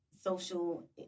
social